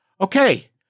Okay